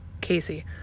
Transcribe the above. Casey